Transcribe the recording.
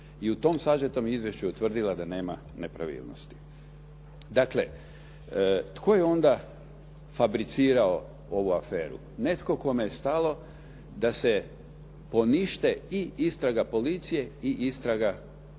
I u tom sažetom izvješću je utvrdila da nema nepravilnosti. Dakle, tko je onda fabricirao ovu aferu? Netko kome je stalo da se ponište i istraga policije i nadzor